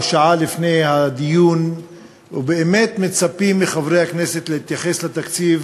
שעה לפני הדיון ובאמת מצפים מחברי הכנסת להתייחס לתקציב